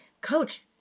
Coach